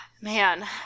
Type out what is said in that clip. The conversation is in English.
man